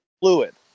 fluid